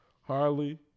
Harley